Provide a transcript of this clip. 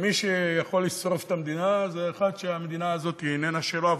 שמי שיכול לשרוף את המדינה זה אחד שהמדינה הזאת איננה שלו.